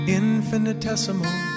infinitesimal